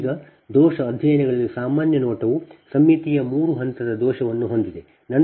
ಈಗ ದೋಷ ಅಧ್ಯಯನಗಳಲ್ಲಿ ಸಾಮಾನ್ಯ ನೋಟವು ಸಮ್ಮಿತೀಯ ಮೂರು ಹಂತದ ದೋಷವನ್ನು ಹೊಂದಿದೆ